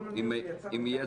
אני מציעה